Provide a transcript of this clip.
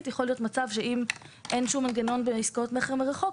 יכול להיות מצב שאם אין שום מנגנון בעסקאות מכר מרחוק,